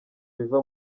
biva